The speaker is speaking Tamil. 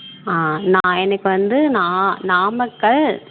ஆ நான் எனக்கு வந்து நா நாமக்கல்